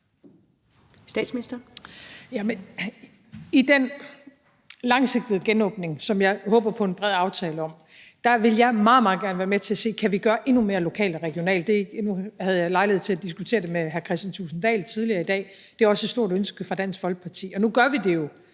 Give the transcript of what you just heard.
I forbindelse med den langsigtede genåbning, som jeg håber på en bred aftale om, vil jeg er meget, meget gerne være med til at se på, om vi kan gøre endnu mere lokalt og regionalt. Jeg havde lejlighed til at diskutere det med hr. Kristian Thulesen Dahl tidligere i dag, for det er også et stort ønske for Dansk Folkeparti. Og nu gør vi det jo.